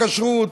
את הכשרוּת,